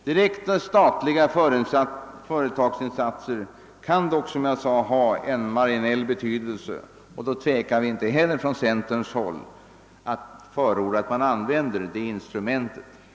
Direkta statliga företagsinsatser kan dock, som jag sade, ha marginell betydelse, och då tvekar vi inom centern inte heller att förorda att man använder det instrumentet.